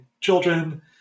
children